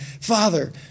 Father